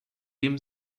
dim